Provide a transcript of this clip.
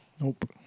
Nope